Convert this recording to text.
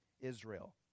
Israel